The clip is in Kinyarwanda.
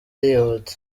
yihuta